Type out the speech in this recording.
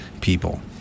people